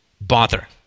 bother